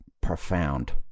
profound